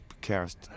cast